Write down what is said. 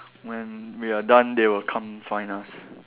when we are done they will come find us